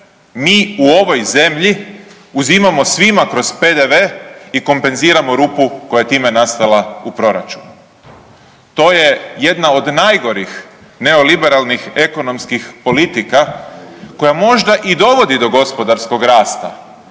mi u ovoj zemlji uzimamo svima kroz PDV i kompenziramo rupu koja je time nastala u proračunu. To je jedna od najgorih neoliberalnih ekonomskih politika koja možda i dovodi do gospodarskog rasta,